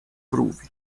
pruvi